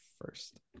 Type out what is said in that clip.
first